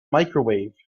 microwave